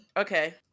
Okay